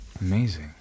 Amazing